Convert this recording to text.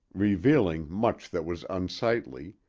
revealing much that was unsightly,